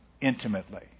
intimately